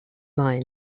lie